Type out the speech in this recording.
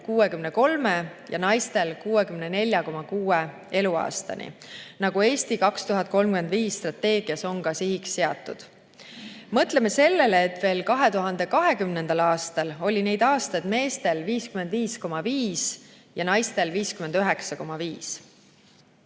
63 ning naistel 64,6 eluaastani, nagu "Eesti 2035" strateegias on ka sihiks seatud. Mõtleme sellele, et veel 2020. aastal oli neid aastaid meestel 55,5 ja naistel 59,5.